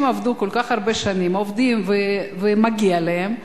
אנשים עבדו כל כך הרבה שנים, עובדים, ומגיע להם.